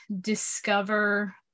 discover